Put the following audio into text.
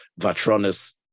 Vatronis